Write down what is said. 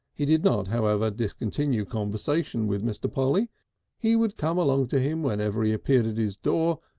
he did not, however, discontinue conversation with mr. polly he would come along to him whenever he appeared at his door,